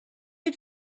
had